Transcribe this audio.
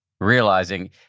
realizing